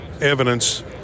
evidence